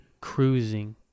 cruising